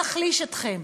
נחליש אתכם.